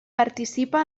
participa